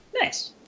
nice